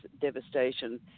devastation